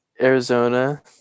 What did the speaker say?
Arizona